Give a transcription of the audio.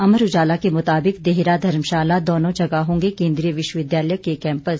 अमर उजाला के मुताबिक देहरा धर्मशाला दोनों जगह होंगे केंद्रीय विश्वविद्यालय के कैंपस